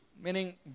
meaning